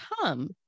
come